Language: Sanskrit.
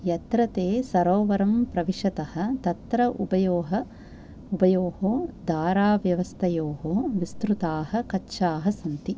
यत्र ते सरोवरं प्रविशतः तत्र उभयोः धाराव्यवस्थयोः विस्तृताः कच्छाः सन्ति